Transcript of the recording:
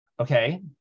Okay